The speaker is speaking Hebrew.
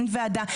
אין ועדה,